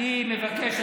אני מבקש,